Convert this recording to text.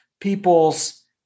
people's